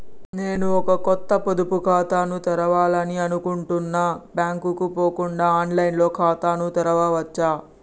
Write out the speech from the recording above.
నేను ఒక కొత్త పొదుపు ఖాతాను తెరవాలని అనుకుంటున్నా బ్యాంక్ కు పోకుండా ఆన్ లైన్ లో ఖాతాను తెరవవచ్చా?